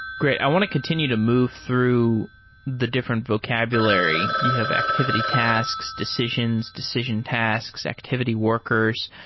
great. i want to continue to move through the different vocabulary. you have activity tasks, decisions, decision tasks, activity workers.